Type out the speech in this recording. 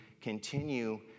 continue